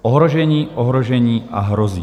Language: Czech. Ohrožení, ohrožení a hrozí.